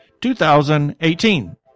2018